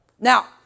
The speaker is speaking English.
Now